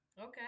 Okay